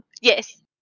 Yes